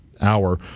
hour